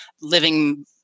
living